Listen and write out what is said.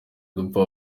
dupfa